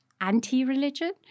anti-religion